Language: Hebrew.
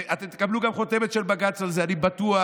אתם תקבלו גם חותמת של בג"ץ על זה, אני בטוח.